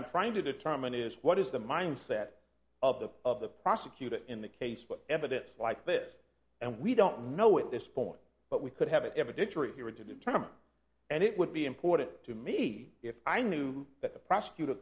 i'm trying to determine is what is the mindset of the of the prosecutor in the case for evidence like this and we don't know at this point but we could have it ever dettori hearing to determine and it would be important to me if i knew that the prosecutor